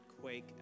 quake